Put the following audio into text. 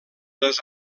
les